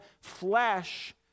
flesh